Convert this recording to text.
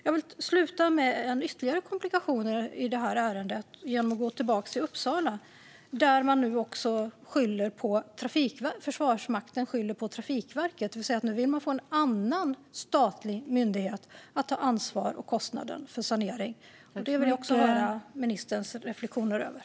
Jag vill avsluta med en ytterligare komplikation i detta ärende genom att gå tillbaka till Uppsala där Försvarsmakten nu också skyller på Trafikverket. Nu vill man alltså att en annan statlig myndighet ska ta ansvar och kostnader för sanering. Det vill jag också höra ministerns reflektion över.